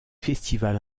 festivals